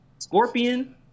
Scorpion